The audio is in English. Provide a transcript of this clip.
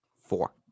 Four